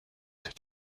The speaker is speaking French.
cet